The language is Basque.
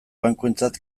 bankuentzat